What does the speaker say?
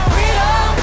Freedom